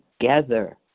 together